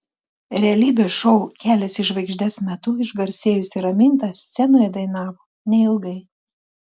realybės šou kelias į žvaigždes metu išgarsėjusi raminta scenoje dainavo neilgai